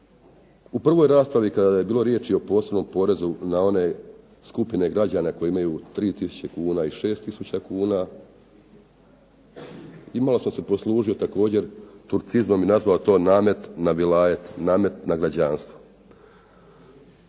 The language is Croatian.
U prvoj raspravi kada je bilo riječi o posebnom porezu na one skupine građana koji imaju 3 tisuće kuna i 6 tisuća kuna, malo sam se poslužio također turcizmom i nazvao to „namet na vilajet“, namet na građanstvo.